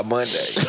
Monday